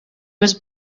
was